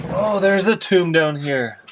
there's a tomb down here